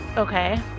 Okay